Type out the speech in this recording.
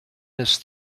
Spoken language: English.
this